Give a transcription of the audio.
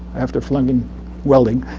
after flunking welding.